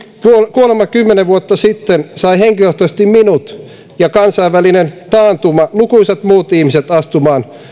kuolema kymmenen vuotta sitten sai henkilökohtaisesti minut ja kansainvälinen taantuma lukuisat muut ihmiset astumaan